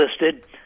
listed